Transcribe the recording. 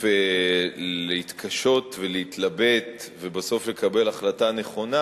להתקשות ולהתלבט ובסוף לקבל החלטה נכונה,